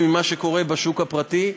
קצת פיגרנו לעומת מה שקורה בשוק הפרטי.